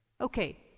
Okay